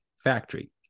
factory